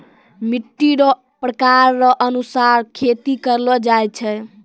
मिट्टी रो प्रकार रो अनुसार खेती करलो जाय छै